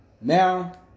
Now